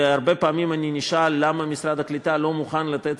והרבה פעמים אני נשאל למה משרד הקליטה לא מוכן לתת